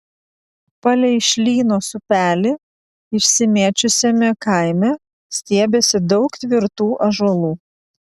palei šlynos upelį išsimėčiusiame kaime stiebėsi daug tvirtų ąžuolų